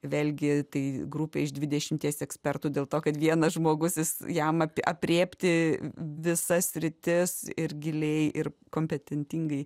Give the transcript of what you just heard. vėlgi tai grupė iš dvidešimties ekspertų dėl to kad vienas žmogus jis jam aprėpti visas sritis ir giliai ir kompetentingai